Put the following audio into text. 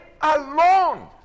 alone